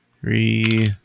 Three